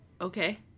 okay